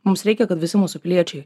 mums reikia kad visi mūsų piliečiai